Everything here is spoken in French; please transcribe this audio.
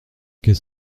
qu’est